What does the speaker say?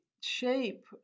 shape